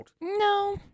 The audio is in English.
No